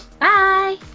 Bye